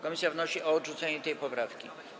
Komisja wnosi o odrzucenie tej poprawki.